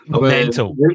Mental